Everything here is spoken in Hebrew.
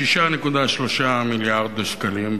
6.3 מיליארד שקלים.